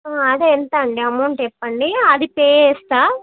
అదే ఎంత అండి అమౌంట్ చెప్పండి అది పే చేస్తా